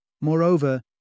Moreover